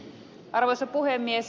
arvoisa puhemies